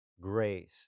grace